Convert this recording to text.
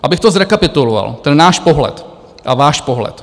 Abych zrekapituloval ten náš pohled a váš pohled.